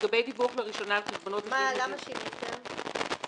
למה שיניתם?